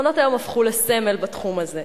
מעונות-היום הפכו לסמל בתחום הזה.